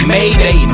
Mayday